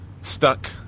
stuck